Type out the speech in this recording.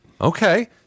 Okay